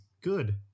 good